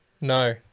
No